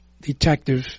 detective